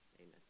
Amen